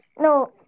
No